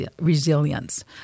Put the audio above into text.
resilience